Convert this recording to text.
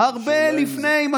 הרבה לפני כן,